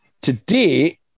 Today